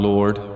Lord